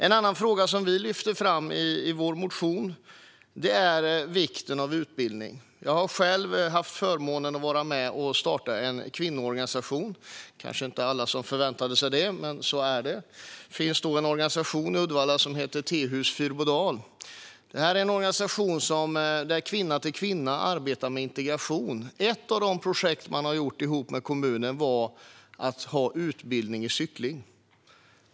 En annan fråga som vi lyfter fram i vår motion är vikten av utbildning. Jag har själv haft förmånen att vara med och starta en kvinnoorganisation. Det är kanske inte alla som förväntade sig det, men det har jag. Det finns en organisation i Uddevalla som heter Tehus Fyrbodal. I den organisationen arbetar Kvinna till Kvinna med integration. Ett av de projekt som man tillsammans med kommunen har arbetat med var att anordna utbildning i cykling.